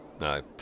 No